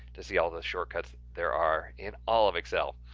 to see all the shortcuts there are, in all of excel.